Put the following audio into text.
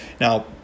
Now